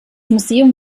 museum